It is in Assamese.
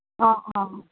অঁ অঁ